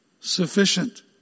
sufficient